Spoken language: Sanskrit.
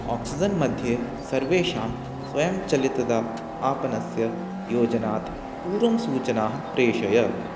आक्सिज़न् मध्ये सर्वेषां स्वयं चलितदापनस्य योजनात् पूर्वं सूचनाः प्रेषय